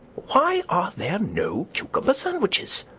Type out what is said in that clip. why are there no cucumber sandwiches?